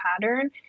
pattern